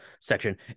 section